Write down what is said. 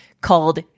called